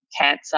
cancer